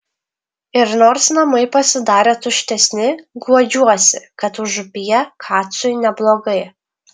ir nors namai pasidarė tuštesni guodžiuosi kad užupyje kacui neblogai